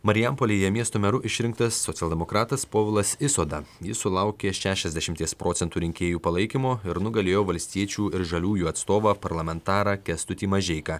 marijampolėje miesto meru išrinktas socialdemokratas povilas isoda jis sulaukė šešiasdešimties procentų rinkėjų palaikymo ir nugalėjo valstiečių ir žaliųjų atstovą parlamentarą kęstutį mažeiką